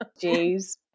Jeez